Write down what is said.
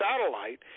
satellite